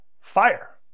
fire